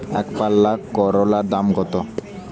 একপাল্লা করলার দাম কত?